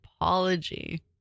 apology